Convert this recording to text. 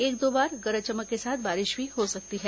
एक दो बार गरज चमक के साथ बारिश भी हो सकती है